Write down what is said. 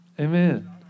Amen